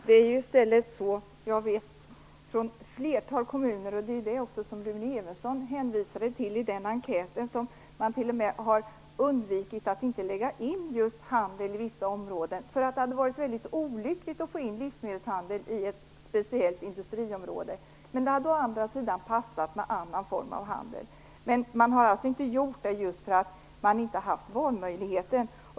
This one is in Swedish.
Fru talman! Jag vet att ett flertal kommuner - enligt en enkät, som Rune Evensson också har hänvisat till - har undvikit att lägga in just handel i vissa industriområden, där det hade varit väldigt olyckligt att få in livsmedelshandel men där det hade passat med annan form av handel. Man har alltså inte gjort det just därför att man inte har haft valmöjligheten.